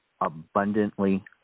Abundantly